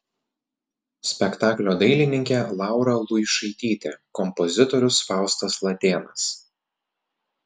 spektaklio dailininkė laura luišaitytė kompozitorius faustas latėnas